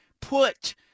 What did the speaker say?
put